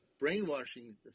brainwashing